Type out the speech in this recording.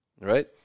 right